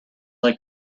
like